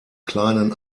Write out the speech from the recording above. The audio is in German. kleinen